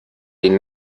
den